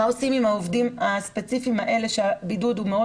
מה עושים עם העובדים הספציפיים האלה שהבידוד הוא מאוד